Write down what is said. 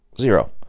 Zero